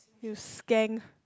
you skank